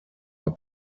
are